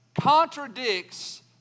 contradicts